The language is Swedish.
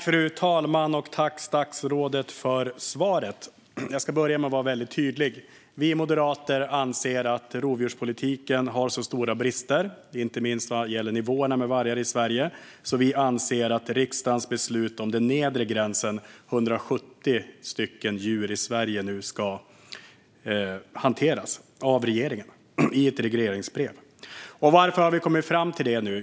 Fru talman! Jag tackar statsrådet för svaret. Låt mig vara tydlig: Vi moderater anser att rovdjurspolitiken har så stora brister, inte minst vad gäller nivån på varg i Sverige, att vi menar att riksdagens beslut om den nedre gränsen, 170 vargar, ska hanteras av regeringen i ett regleringsbrev. Varför har vi kommit fram till detta?